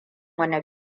wane